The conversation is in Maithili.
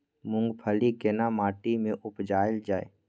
मूंगफली केना माटी में उपजायल जाय?